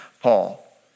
Paul